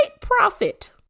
profit